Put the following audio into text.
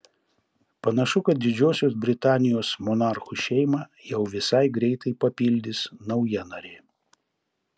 panašu kad didžiosios britanijos monarchų šeimą jau visai greitai papildys nauja narė